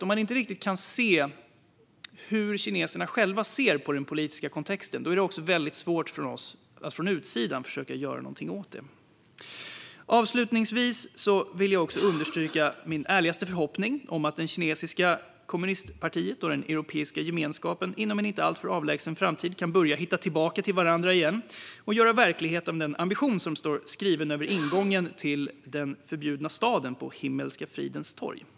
Om man inte riktigt kan se hur kineserna själva ser på den politiska kontexten är det också väldigt svårt för oss att från utsidan försöka göra något åt detta. Avslutningsvis vill jag understryka min ärligaste förhoppning om att det kinesiska kommunistpartiet och den europeiska gemenskapen inom en inte alltför avlägsen framtid kan börja hitta tillbaka till varandra igen och göra verklighet av den ambition som står skriven över ingången till Förbjudna staden på Himmelska fridens torg.